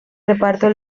reparto